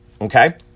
Okay